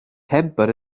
temper